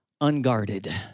Unguarded